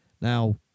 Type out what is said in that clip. Now